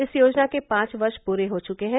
इस योजना के पांच वर्ष पूरे हो चुके हैं